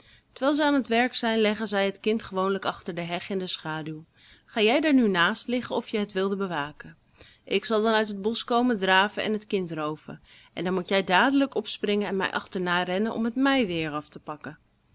terwijl zij aan t werk zijn leggen zij het kind gewoonlijk achter de heg in de schaduw ga jij daar nu naast liggen of je het wilde bewaken ik zal dan uit het bosch komen draven en het kind rooven en dan moet jij dadelijk opspringen en mij achterna rennen om het mij weêr af te pakken